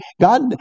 God